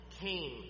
came